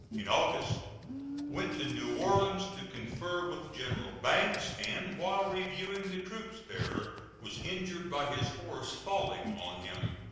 in august went to new orleans to confer with general banks, and while reviewing the troops there was injured by his horse falling on him.